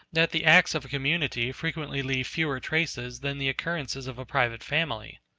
that the acts of a community frequently leave fewer traces than the occurrences of a private family.